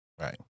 right